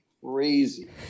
Crazy